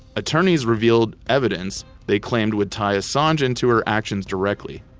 attorneys revealed evidence they claimed would tie assange into her actions directly,